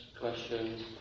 questions